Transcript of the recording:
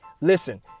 Listen